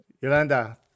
Yolanda